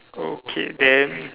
okay then